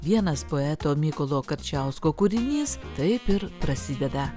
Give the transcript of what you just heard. vienas poeto mykolo karčiausko kūrinys taip ir prasideda